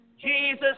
Jesus